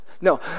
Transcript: No